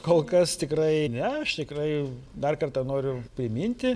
kol kas tikrai ne aš tikrai dar kartą noriu priminti